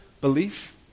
belief